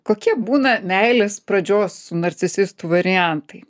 kokie būna meilės pradžios narcisitų variantai